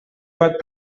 pot